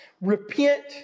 Repent